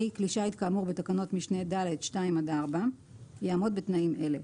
(ה) כלי שיט כאמור בתקנת משנה (ד) (2) עד (4) יעמוד בתנאים אלה: